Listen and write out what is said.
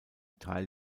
teil